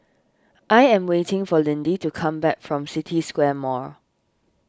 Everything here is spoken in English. I am waiting for Lindy to come back from City Square Mall